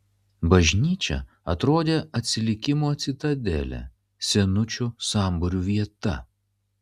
bažnyčia atrodė atsilikimo citadelė senučių sambūrių vieta